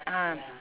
ah